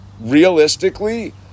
realistically